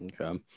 Okay